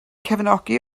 cefnogi